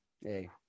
Hey